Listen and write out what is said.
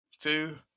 Two